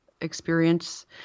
experience